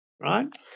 Right